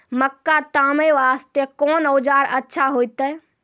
मक्का तामे वास्ते कोंन औजार अच्छा होइतै?